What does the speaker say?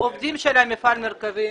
עובדים של מפעל מרכבים.